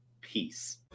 Peace